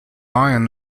orion